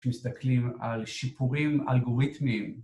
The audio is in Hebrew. כשמסתכלים על שיפורים אלגוריתמיים